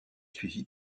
suivie